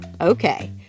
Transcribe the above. Okay